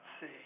see